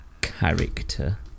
character